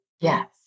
Yes